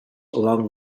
along